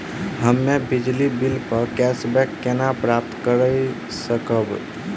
हम्मे बिजली बिल प कैशबैक केना प्राप्त करऽ सकबै?